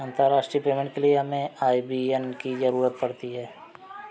अंतर्राष्ट्रीय पेमेंट के लिए हमें आई.बी.ए.एन की ज़रूरत पड़ती है